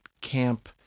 Camp